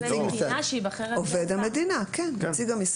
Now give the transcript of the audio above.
עובד מדינה שייבחר על ידי השר.